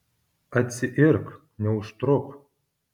atsiirk neužtruk